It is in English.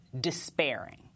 despairing